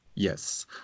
Yes